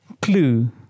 clue